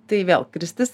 tai vėl kristis